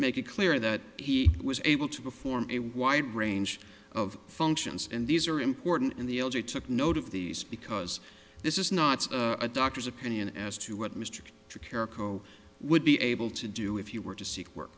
make it clear that he was able to perform a wide range of functions and these are important in the l g took note of these because this is not a doctor's opinion as to what mr tricare coco would be able to do if you were to seek work